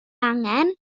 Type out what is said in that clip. angen